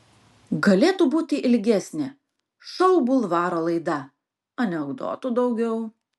galėtų būti ilgesnė šou bulvaro laida anekdotų daugiau